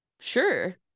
Sure